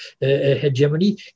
hegemony